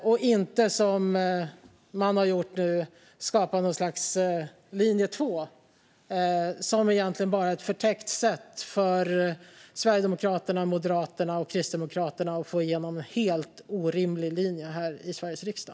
I stället har man skapat något slags linje två, som egentligen bara är ett förtäckt sätt för Sverigedemokraterna, Moderaterna och Kristdemokraterna att få igenom en helt orimlig linje här i Sveriges riksdag.